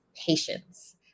patience